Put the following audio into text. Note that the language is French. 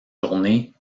journée